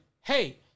hey